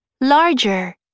larger